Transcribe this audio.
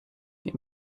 give